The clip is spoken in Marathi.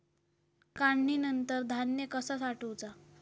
काढणीनंतर धान्य कसा साठवुचा?